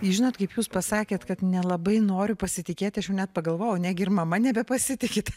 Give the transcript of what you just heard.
žinot kaip jūs pasakėt kad nelabai noriu pasitikėti aš jau net pagalvojau negi ir mama nebepasitikit